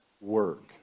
work